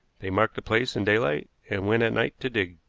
they marked the place in daylight and went at night to dig.